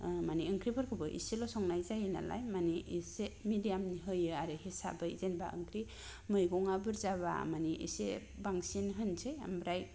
मानि ओंख्रिफोरखौबो एसेल' संनाय जायो नालाय मानि एसे मिडियामनि होयो आरो हिसाबै जेनेबा ओंख्रि मैगंआ बुरजाब्ला मानि एसे बांसिन होनोसै आमफ्राय